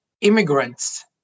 immigrants